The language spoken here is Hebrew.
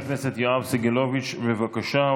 חבר הכנסת יואב סגלוביץ', בבקשה.